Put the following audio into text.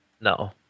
No